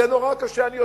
זה נורא קשה, אני יודע.